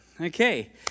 Okay